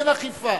אין אכיפה.